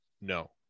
No